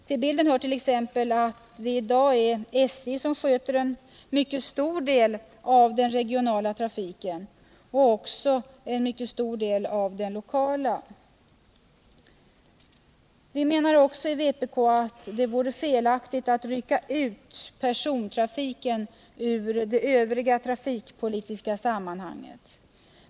Till bilden hör t.ex. att det i dag är SJ som sköter en mycket stor del av den regionala trafiken och därmed också betydande delar av den lokala. Vpk anser också att det vore felaktigt att rycka ut persontrafiken ur det övriga trafikpolitiska sammanhanget.